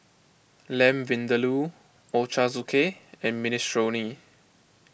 Lamb Vindaloo Ochazuke and Minestrone